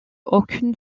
aucune